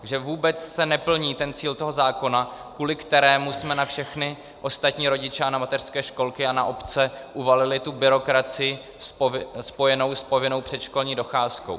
Že vůbec se neplní ten cíl toho zákona, kvůli kterému jsme na všechny ostatní rodiče a na mateřské školky a na obce uvalili byrokracii spojenou s povinnou předškolní docházkou.